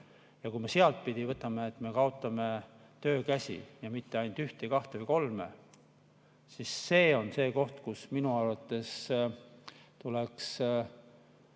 Kui me sedapidi võtame, et me kaotame töötajaid, ja mitte ainult ühe või kaks või kolm, siis see on see koht, kus minu arvates tuleks